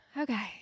okay